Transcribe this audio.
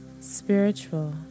spiritual